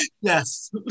yes